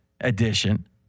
Edition